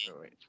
wait